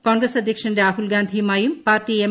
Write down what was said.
കോൺഗ്രസ് അധ്യക്ഷൻ രാഹുൽഗാന്ധിയുമായും party M